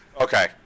Okay